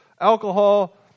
alcohol